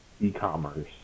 e-commerce